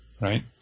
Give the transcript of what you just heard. right